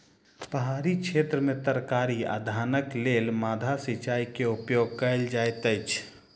पहाड़ी क्षेत्र में तरकारी आ धानक लेल माद्दा सिचाई के उपयोग कयल जाइत अछि